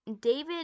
David